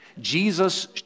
Jesus